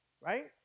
Right